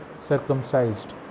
circumcised